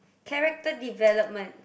character development